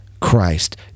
Christ